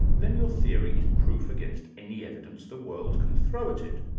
then your theory is proof against any evidence the world can throw at it.